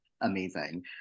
amazing